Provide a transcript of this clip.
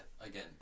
again